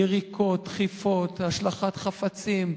יריקות, דחיפות, השלכת חפצים.